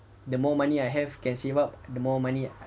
the more money I have can save up the more money